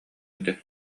этэ